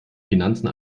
finanzen